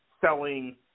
selling